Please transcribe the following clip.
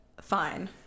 fine